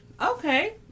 Okay